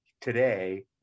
today